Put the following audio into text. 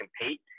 compete